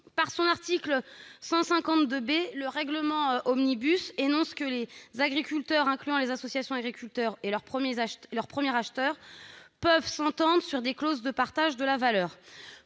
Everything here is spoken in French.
de l'article 152 du règlement Omnibus énonce que « les agriculteurs, incluant les associations d'agriculteurs, et leur premier acheteur peuvent s'entendre sur des clauses de partage de la valeur